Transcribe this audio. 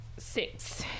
Six